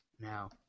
Now